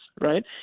right